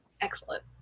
Excellent